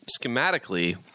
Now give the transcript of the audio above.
schematically